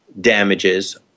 damages